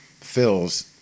fills